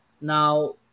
now